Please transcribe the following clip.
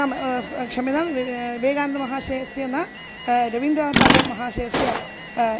नाम क्षम्यतां विवेकः विवेकानन्दमहाशयस्य न रवीन्द्रनाथ टागोर् महाशयस्य